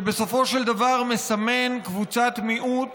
שבסופו של דבר מסמן קבוצת מיעוט